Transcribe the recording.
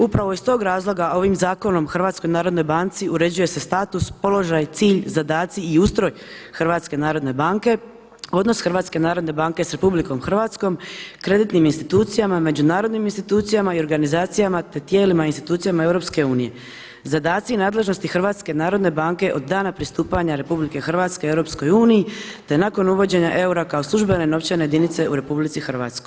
Upravo iz tog razloga ovim zakonom HNB-u uređuje se status, položaj, cilj, zadaci i ustroj HNB-a, odnos HNB-a sa RH kreditnim institucijama, međunarodnim institucijama i organizacijama te tijelima institucijama EU, zadaci i nadležnosti HNB-a od dana pristupanja RH EU te nakon uvođenja eura kao službene novčane jedinice u RH.